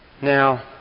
Now